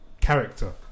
character